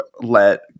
let